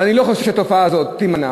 ואני לא חושב שהתופעה הזאת תימנע,